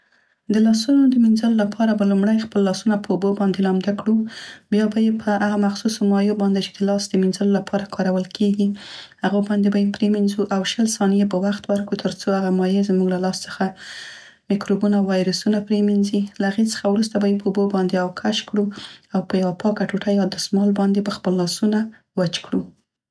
د لاسونو د مینځلو لپاره به لومړی خپل لاسونه په اوبو لامده کړو، بیا به یې په هغو مخصویو مایعو باندې چې د لاس د مینځلو لپاره کارول کیګي، هغو باندې به یې پریمنځو او شل ثانیې به وخت ورکو تر څو هغه مایع زموږ لاس څخه میکروبونه او ویروسونه پریمنځي. له هغې وروسته به یې په اوبو باندې اوکش کړو او په یوه پاکه ټوټه یا دسمال باندې به خپل لاسونه وچ کړو.